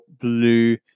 blue